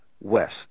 west